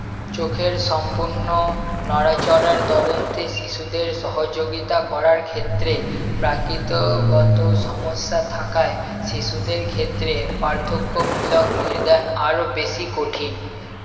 চোখের সম্পূর্ণ নড়াচড়ার তদন্তে শিশুদের সহযোগিতা করার ক্ষেত্রে প্রাকৃতগত সমস্যা থাকায় শিশুদের ক্ষেত্রে পার্থক্যমূলক নির্দান আরও বেশি কঠিন